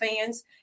fans